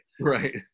Right